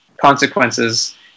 Consequences